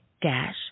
dash